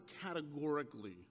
categorically